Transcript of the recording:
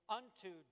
unto